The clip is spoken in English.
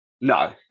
No